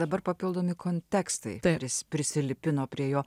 dabar papildomi kontekstai pri prisilipino prie jo